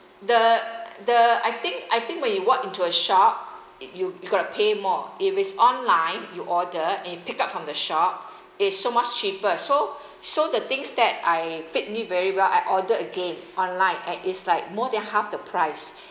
the the I think I think when you walk into a shop you you gotta pay more if it's online you order and you pick up from the shop it's so much cheaper so so the things that I fit me very well I order again online and it's like more than half the price